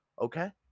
Okay